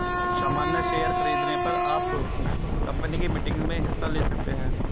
सामन्य शेयर खरीदने पर आप कम्पनी की मीटिंग्स में हिस्सा ले सकते हैं